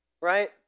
right